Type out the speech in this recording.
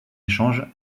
échange